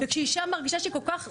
וכשאישה מרגישה שהיא כל כך הוטרדה,